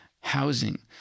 housing